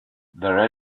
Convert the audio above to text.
there